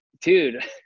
dude